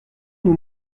nous